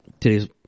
Today's